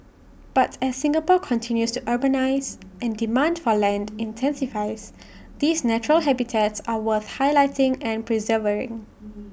but as Singapore continues to urbanise and demand for land intensifies these natural habitats are worth highlighting and preserving